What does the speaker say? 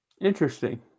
Interesting